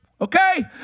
Okay